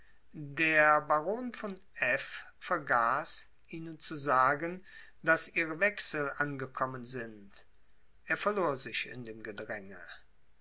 der baron von f vergaß ihnen zu sagen daß ihre wechsel angekommen sind er verlor sich in dem gedränge